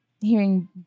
hearing